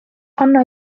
anna